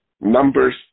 Numbers